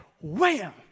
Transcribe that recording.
wham